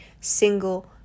single